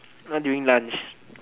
!huh! during lunch